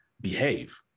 behave